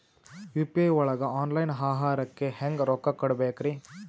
UPI ಒಳಗ online ಆಹಾರಕ್ಕೆ ಹೆಂಗ್ ರೊಕ್ಕ ಕೊಡಬೇಕ್ರಿ?